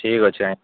ଠିକ୍ ଅଛି ଆଜ୍ଞା